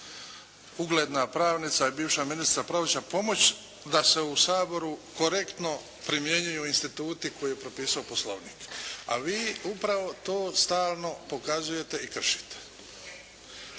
ugledna pravnica i bivša ministrica pravosuđa će pomoći da se u Saboru korektno primjenjuju instituti koje je propisao Poslovnik, ali vi upravo to stalno pokazujete i kršite.